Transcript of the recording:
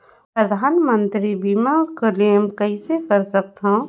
परधानमंतरी मंतरी बीमा क्लेम कइसे कर सकथव?